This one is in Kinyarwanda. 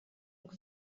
ngo